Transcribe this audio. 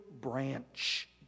branch